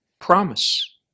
promise